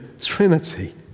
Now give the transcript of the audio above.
Trinity